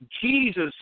Jesus